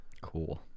Cool